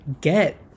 get